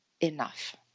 enough